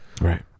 Right